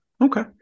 Okay